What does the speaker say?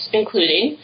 including